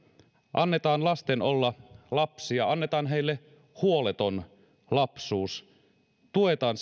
annetaan lasten olla lapsia annetaan heille huoleton lapsuus tuetaan